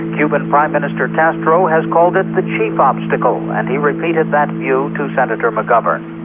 cuban prime minister castro has called it the chief obstacle and he repeated that view to senator mcgovern.